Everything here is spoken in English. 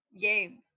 game